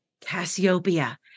Cassiopeia